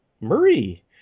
Marie